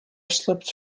slipped